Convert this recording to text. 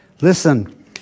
Listen